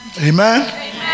Amen